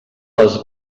les